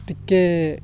ଟିକେ